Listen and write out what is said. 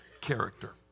character